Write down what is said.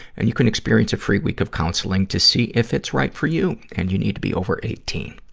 and you can experience a free week of counseling to see if it's right for you. and you need to be over eighteen.